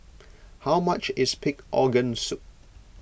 how much is Pig Organ Soup